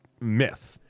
myth